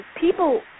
people